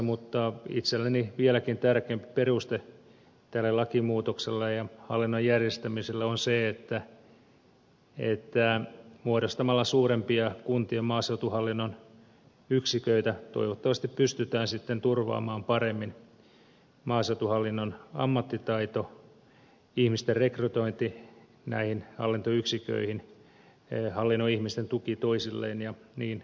mutta itselleni vieläkin tärkeämpi peruste tälle lakimuutokselle ja hallinnon järjestämiselle on se että muodostamalla suurempia kuntien maaseutuhallinnon yksiköitä toivottavasti pystytään sitten turvaamaan paremmin maaseutuhallinnon ammattitaito ihmisten rekrytointi näihin hallintoyksiköihin hallinnon ihmisten tuki toisilleen ja niin edelleen